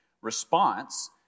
response